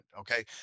okay